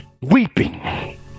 Weeping